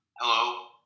hello